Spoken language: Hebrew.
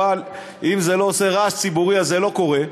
אבל אם זה לא עושה רעש ציבורי אז זה לא קורה.